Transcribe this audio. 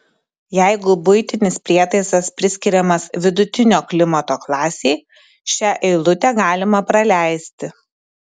jeigu buitinis prietaisas priskiriamas vidutinio klimato klasei šią eilutę galima praleisti